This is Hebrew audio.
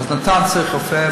אז בנט"ן צריך להיות רופא,